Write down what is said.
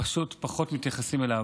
פשוט פחות מתייחסים אליו.